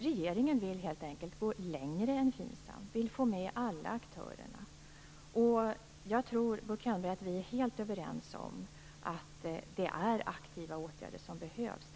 Regeringen vill helt enkelt gå längre än FINSAM. Vi vill få med alla aktörer. Jag tror, Bo Könberg, att vi är helt överens om att det är aktiva åtgärder som behövs.